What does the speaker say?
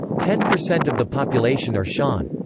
ten percent of the population are shan.